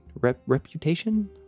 reputation